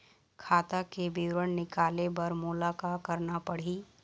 खाता के विवरण निकाले बर मोला का करना पड़ही?